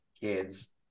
kids